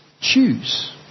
choose